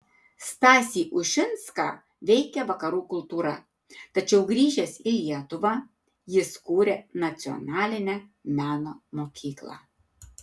stasį ušinską veikė vakarų kultūra tačiau grįžęs į lietuvą jis kūrė nacionalinę meno mokyklą